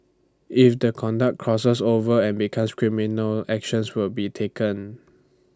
if the conduct crosses over and becomes criminal actions will be taken